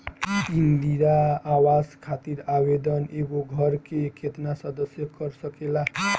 इंदिरा आवास खातिर आवेदन एगो घर के केतना सदस्य कर सकेला?